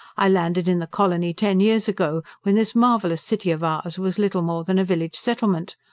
i landed in the colony ten years ago, when this marvellous city of ours was little more than a village settlement.